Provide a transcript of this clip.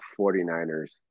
49ers